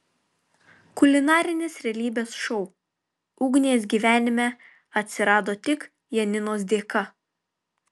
kulinarinis realybės šou ugnės gyvenime atsirado tik janinos dėka